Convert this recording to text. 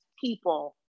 people